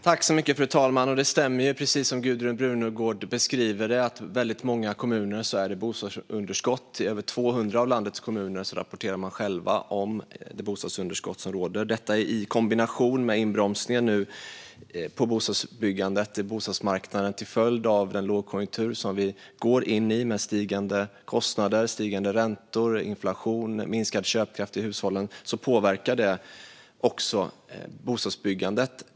Fru talman! Det stämmer, precis som Gudrun Brunegård beskriver det, att det är bostadsunderskott i väldigt många kommuner. Över 200 av landets kommuner rapporterar om att det råder bostadsunderskott. Detta i kombination med inbromsningen nu i bostadsbyggandet och på bostadsmarknaden till följd av den lågkonjunktur som vi går in i med stigande kostnader, stigande räntor, inflation och minskad köpkraft hos hushållen påverkar också bostadsbyggandet.